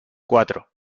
cuatro